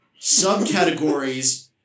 subcategories